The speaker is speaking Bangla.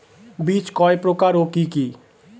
বীজ কয় প্রকার ও কি কি?